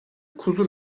kuzu